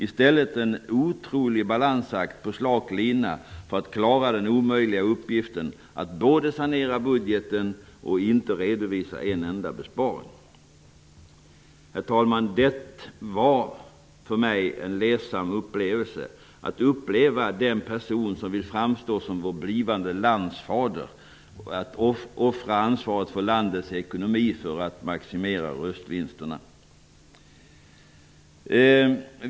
I stället fick vi se en otrolig balansakt på slak lina för att klara den omöjliga uppgiften att påstå sig vilja sanera budgeten utan att redovisa en enda besparing. Herr talman! Det var ledsamt att uppleva den person som vill framstå som vår blivande landsfader offra ansvaret för landets ekonomi för att maximera röstvinsterna!